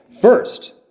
First